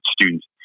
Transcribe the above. students